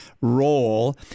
role